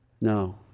No